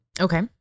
Okay